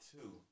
two